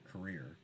career